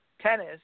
tennis